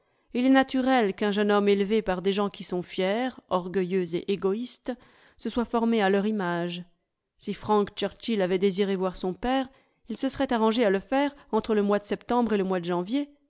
il est naturel qu'un jeune homme élevé par des gens qui sont fiers orgueilleux et égoïstes se soit formé à leur image si frank churchill avait désiré voir son père il se serait arrangé à le faire entre le mois de septembre et le mois de janvier